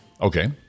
Okay